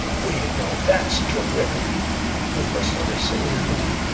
way to go. that's terrific. and the first learner is sitting there going,